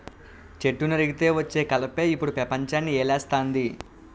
చెట్టు నరికితే వచ్చే కలపే ఇప్పుడు పెపంచాన్ని ఏలేస్తంది